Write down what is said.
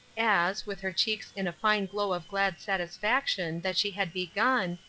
as, with her cheeks in a fine glow of glad satisfaction that she had begun,